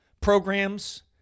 programs